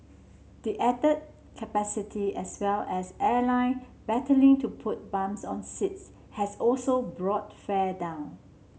the added capacity as well as airline battling to put bums on seats has also brought fare down